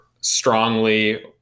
strongly